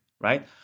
Right